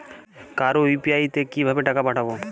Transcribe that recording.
কারো ইউ.পি.আই তে কিভাবে টাকা পাঠাবো?